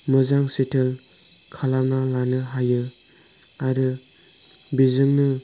मोजां सेटोल खालामना लानो हायो आरो बेजोंनो